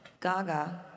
Gaga